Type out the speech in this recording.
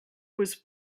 was